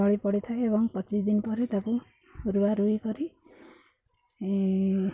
ତଳି ପଡ଼ିଥାଏ ଏବଂ ପଚିଶ ଦିନ ପରେ ତାକୁ ରୁଆ ରୋଇ କରି